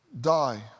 die